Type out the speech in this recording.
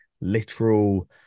literal